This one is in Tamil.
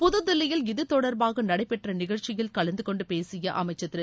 புதுதில்லியில் இது தொடர்பாக நடைபெற்ற நிகழ்ச்சியில் கலந்து கொண்டு பேசிய அமைச்சர் திரு